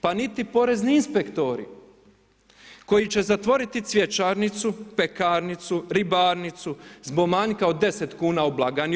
Pa niti poreznih inspektori koji će zatvoriti cvjećarnicu, pekarnicu, ribarnicu, zbog manjka od 10 kn u blagajni.